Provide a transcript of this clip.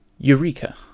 Eureka